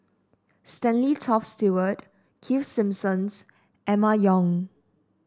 Stanley Toft Stewart Keith Simmons Emma Yong